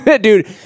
Dude